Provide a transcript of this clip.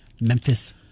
Memphis